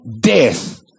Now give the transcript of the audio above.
death